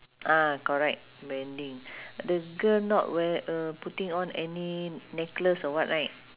ah correct bending the girl not wear uh putting on any necklace or what right